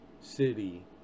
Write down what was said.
city